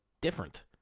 different